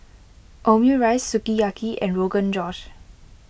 Omurice Sukiyaki and Rogan Josh